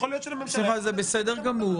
יכול להיות שלממשלה --- שמחה, זה בסדר גמור.